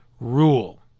rule